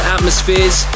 Atmospheres